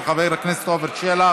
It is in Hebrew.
של חבר הכנסת עפר שלח.